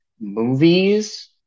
movies